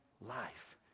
life